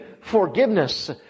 forgiveness